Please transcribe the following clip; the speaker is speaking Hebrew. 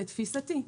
לתפיסתי,